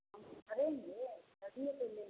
हम भरेंगे तभी तो लेंगे